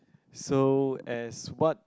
so as what